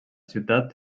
ciutat